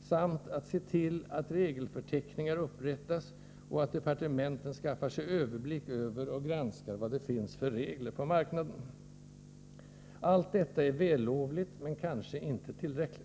samt se till att regelförteckningar upprättas och att departementen skaffar sig överblick över och granskar vad det finns för regler på marknaden. Allt detta är vällovligt, men kanske inte tillräckligt.